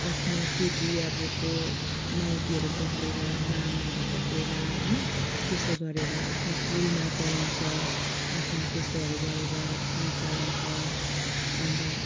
आफ्नो केटी अब को माइतीहरू पक्रिएर मामाहरू पक्रिएर होइन यस्तो गरेर आफ्नो कुलमा चलाउँछ आफ्नो त्यस्तोहरू गरेर कुल चलाउँछ अन्त